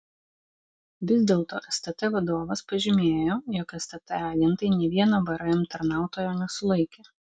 vis dėlto stt vadovas pažymėjo jog stt agentai nė vieno vrm tarnautojo nesulaikė